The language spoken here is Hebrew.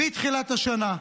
מתחילת השנה,